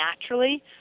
naturally